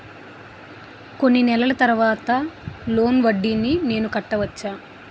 కొన్ని నెలల తర్వాత లోన్ వడ్డీని నేను కట్టవచ్చా?